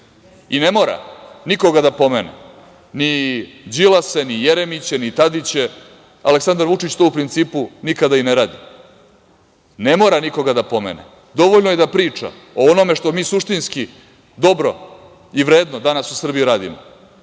I ne mora nikoga da pomene, ni Đilase, ni Jeremiće, ni Tadiće. Aleksandar Vučić to u principu nikada i ne radi. Ne mora nikoga da pomene. Dovoljno je da priča o onome što mi suštinski dobro i vredno danas u Srbiji radimo,